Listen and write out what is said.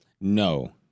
no